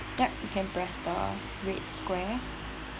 ya you can press the red square